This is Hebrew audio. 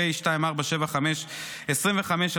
פ/2475/25,